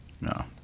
No